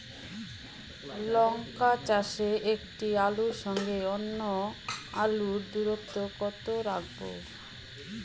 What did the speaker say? লঙ্কা চাষে একটি আলুর সঙ্গে অন্য আলুর দূরত্ব কত রাখবো?